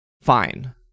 fine